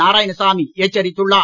நாராயணசாமி எச்சரித்துள்ளார்